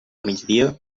migdia